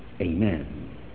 amen